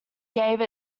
gave